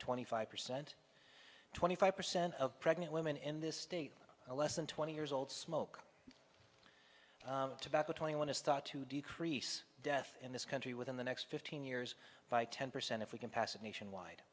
twenty five percent twenty five percent of pregnant women in this state a less than twenty years old smoke tobacco twenty one is thought to decrease death in this country within the next fifteen years by ten percent if we can pass it nationwide